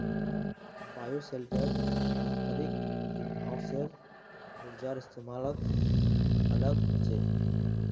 bioshelter पारंपरिक greenhouse स ऊर्जार इस्तमालत अलग ह छेक